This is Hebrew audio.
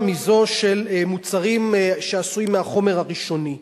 מזו של מוצרים שעשויים מהחומר הראשוני.